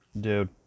Dude